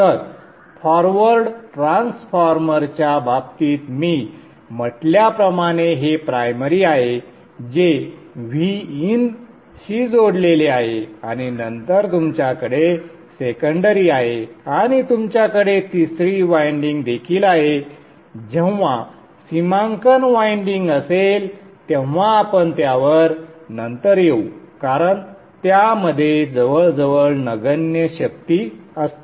तर फॉरवर्ड ट्रान्सफॉर्मरच्या बाबतीत मी म्हटल्याप्रमाणे हे प्रायमरी आहे जे Vin शी जोडलेले आहे आणि नंतर तुमच्याकडे सेकंडरी आहे आणि तुमच्याकडे तिसरी वायंडिंग देखील आहे जेव्हा सीमांकन वाइंडिंग असेल तेव्हा आपण त्यावर नंतर येऊ कारण त्यामध्ये जवळजवळ नगण्य शक्ती असते